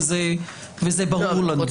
וזה ברור לנו.